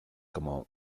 como